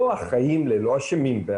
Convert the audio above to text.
לא אחראים ל-, לא אשמים ב-.